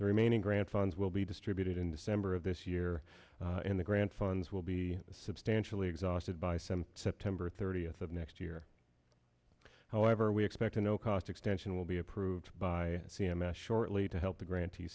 the remaining grant funds will be distributed in december of this year and the grant funds will be substantially exhausted by some september thirtieth of next year however we expect a no cost extension will be approved by c m s shortly to help the grant